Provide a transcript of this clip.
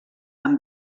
amb